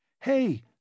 Hey